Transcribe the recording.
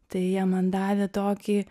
tai jie man davė tokį